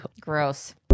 Gross